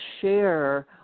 share